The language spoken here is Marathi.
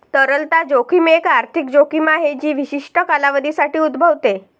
तरलता जोखीम एक आर्थिक जोखीम आहे जी विशिष्ट कालावधीसाठी उद्भवते